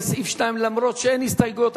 לסעיף 2. אף שאין הסתייגויות,